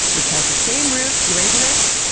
which has the same root you ready for this?